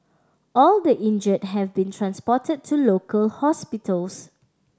all the injured have been transported to local hospitals